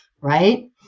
Right